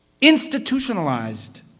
institutionalized